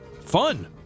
fun